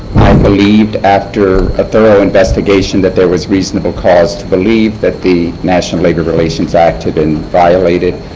believed, after a thorough investigation, that there was reasonable cause to believe that the national labor relations act had been violated.